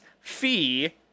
fee